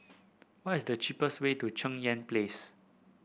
what is the cheapest way to Cheng Yan Place